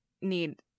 need